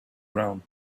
ground